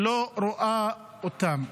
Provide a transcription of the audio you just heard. לא רואות אותם.